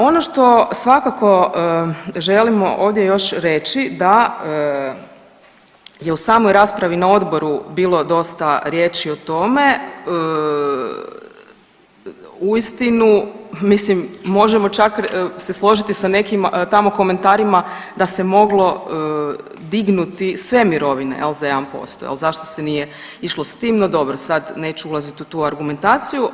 Ono što svakako želimo ovdje reći da je u samoj raspravi na odboru bilo dosta riječi o tome, uistinu možemo se čak složiti sa nekim tamo komentarima da se moglo dignuti sve mirovine za 1%, jel zašto se nije išlo s tim, no dobro sad neću ulazit u tu argumentaciju.